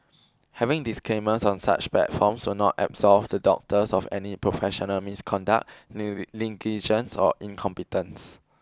having disclaimers on such platforms will not absolve the doctors of any professional misconduct or incompetence